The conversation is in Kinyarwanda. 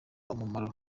umumaro